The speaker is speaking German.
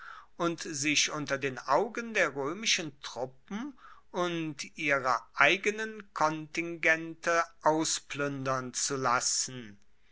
und sich unter den augen der roemischen truppen und ihrer eigenen kontingente auspluendern zu lassen